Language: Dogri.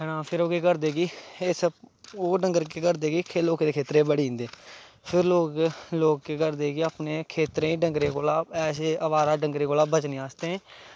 हैना फ्ही ओह् केह् करदे कि इस ओह् डंगर केह् करदे कि लोकें दे खेत्तरें च बड़ी जंदे फिर लोग केह् करदे कि लोग खेत्तरें गी डंगरें कोला दा ऐसे अवारा डंगरें कोला दा बचने आस्तै